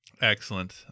excellent